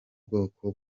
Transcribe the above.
bwoko